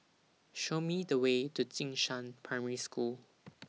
Show Me The Way to Jing Shan Primary School